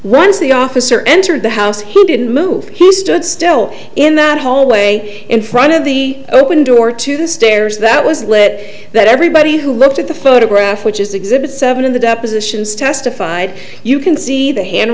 once the officer entered the house he didn't move he stood still in that hallway in front of the open door to the stairs that was lit that everybody who looked at the photograph which is exhibit seven in the depositions testified you can see the hand